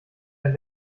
ein